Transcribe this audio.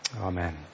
amen